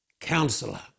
Counselor